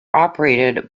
operated